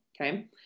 Okay